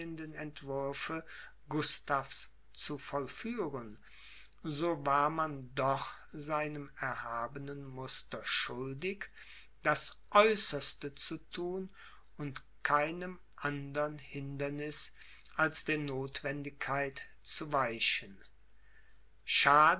entwürfe gustavs zu vollführen so war man doch seinem erhabenen muster schuldig das aeußerste zu thun und keinem andern hinderniß als der nothwendigkeit zu weichen